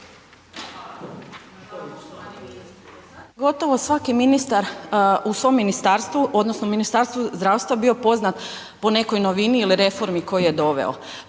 Gotovo svaki ministar u svom ministarstvu, odnosno u ministarstvu zdravstva je bio poznat po nekoj novini ili reformi koju je doveo.